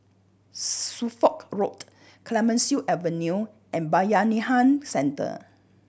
Suffolk Road Clemenceau Avenue and Bayanihan Centre